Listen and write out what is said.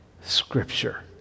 scripture